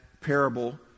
parable